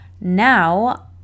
Now